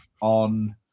on